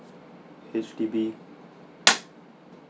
H_D_B